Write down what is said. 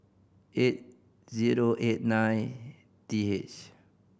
eight zero eight nine T H